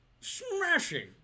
Smashing